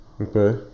Okay